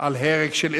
על הרג מיותר